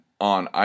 on